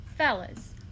fellas